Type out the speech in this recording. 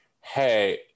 hey